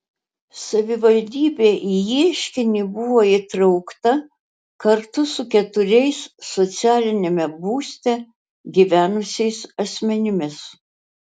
savivaldybė į ieškinį buvo įtraukta kartu su keturiais socialiniame būste gyvenusiais asmenimis